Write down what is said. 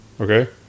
Okay